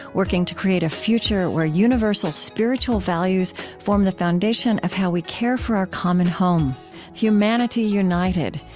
working to create a future where universal spiritual values form the foundation of how we care for our common home humanity united,